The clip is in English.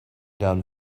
down